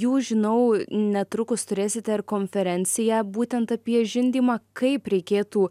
jūs žinau netrukus turėsite ir konferenciją būtent apie žindymą kaip reikėtų